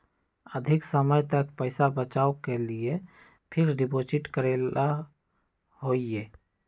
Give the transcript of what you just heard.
अधिक समय तक पईसा बचाव के लिए फिक्स डिपॉजिट करेला होयई?